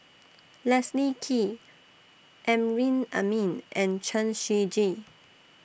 Leslie Kee Amrin Amin and Chen Shiji